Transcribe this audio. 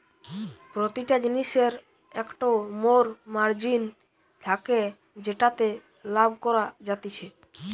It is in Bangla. প্রতিটা জিনিসের একটো মোর মার্জিন থাকে যেটাতে লাভ করা যাতিছে